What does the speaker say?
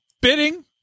Bidding